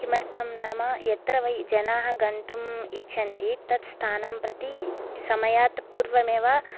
किमर्थं नाम यत्र वै जनाः गन्तुम् इच्छन्ति तत् स्थानं प्रति समयात् पूर्वमेव